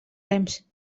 rems